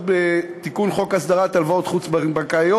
בתיקון חוק הסדרת הלוואות חוץ-בנקאיות,